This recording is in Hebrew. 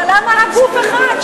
אבל למה רק גוף אחד?